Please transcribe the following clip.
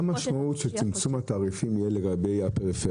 המשמעות של צמצום ההנחות בפריפריה,